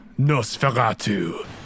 Nosferatu